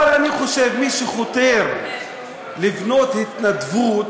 אבל אני חושב שמי שחותר לבנות התנדבות,